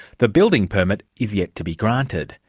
the building permit is yet to be granted,